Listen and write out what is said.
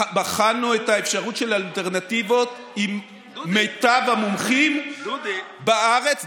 בחנו את האפשרות של אלטרנטיבות עם מיטב המומחים בארץ,